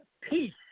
Peace